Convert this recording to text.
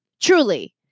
Truly